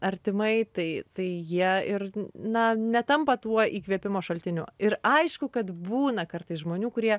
artimai tai tai jie ir na netampa tuo įkvėpimo šaltiniu ir aišku kad būna kartais žmonių kurie